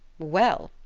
well,